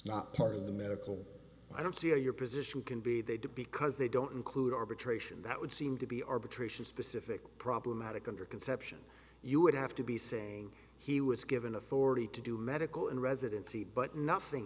not part of the medical i don't see how your position can be they do because they don't include arbitration that would seem to be arbitration specific problematic under conception you would have to be saying he was given authority to do medical and residency but nothing